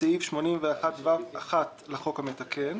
בסעיף 81(ו)(1) לחוק המתקן,